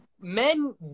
men